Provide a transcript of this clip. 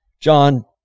John